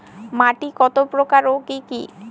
মাটি কতপ্রকার ও কি কী?